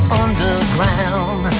underground